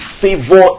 favor